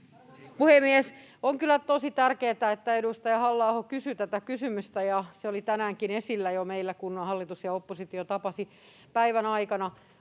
On kyllä tosi tärkeätä, että edustaja Halla-aho kysyi tämän kysymyksen, ja se oli tänäänkin jo esillä meillä, kun hallitus ja oppositio tapasivat päivän aikana.